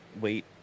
wait